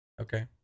Okay